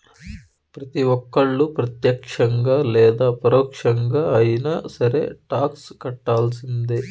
ప్రతి ఒక్కళ్ళు ప్రత్యక్షంగా లేదా పరోక్షంగా అయినా సరే టాక్స్ కట్టాల్సిందే